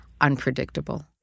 unpredictable